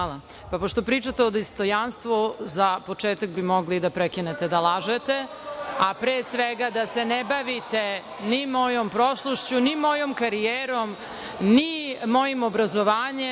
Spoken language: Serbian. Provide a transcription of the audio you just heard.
vam. Pošto pričate o dostojanstvu za početak bi mogli da prekinete da lažete, a pre svega da se ne bavite ni mojom prošlošću, ni mojom karijerom, ni mojim obrazovanjem,